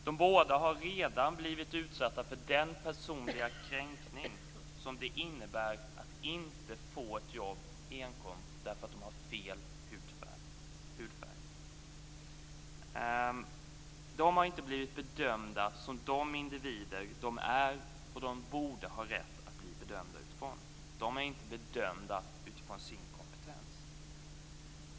De båda har redan blivit utsatta för den personliga kränkning som det innebär att inte få ett jobb enkom därför att de har fel hudfärg. De har inte blivit bedömda som de individer de är och borde ha rätt att bli bedömda utifrån. De har inte blivit bedömda utifrån sin kompetens.